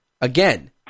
again